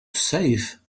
safe